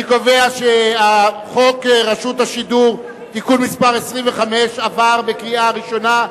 אני קובע שחוק רשות השידור (תיקון מס' 25) עבר בקריאה ראשונה,